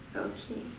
okay